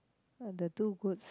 uh the two goods